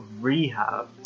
rehab